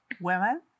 women